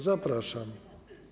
Zapraszam.